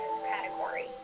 category